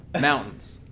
Mountains